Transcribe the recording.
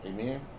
amen